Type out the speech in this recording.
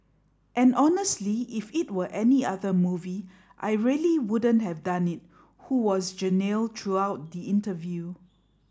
and honestly if it were any other movie I really wouldn't have done it who was genial throughout the interview